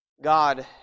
God